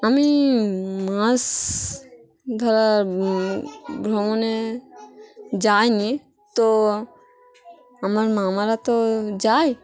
আমি মাস ধর ভ্রমণে যাইনি তো আমার মামারা তো যায়